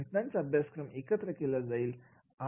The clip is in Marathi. घटनांचा अभ्यासक्रम एकत्रित केला जाईल